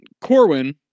Corwin